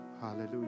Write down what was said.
Hallelujah